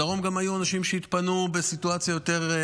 בדרום גם היו אנשים שהתפנו בסיטואציה יותר,